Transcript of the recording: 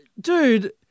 dude